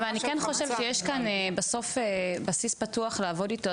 אבל אני כן חושבת שיש כאן בסוף בסיס פתוח לעבוד איתו,